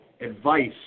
advice